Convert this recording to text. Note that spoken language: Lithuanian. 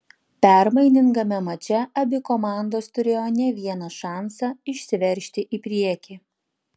permainingame mače abi komandos turėjo ne vieną šansą išsiveržti į priekį